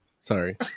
sorry